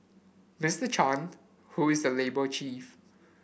Mister Chan who is the labour chief